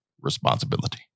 responsibility